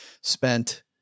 spent